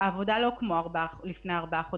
העבודה לא כמו לפני ארבעה חודשים.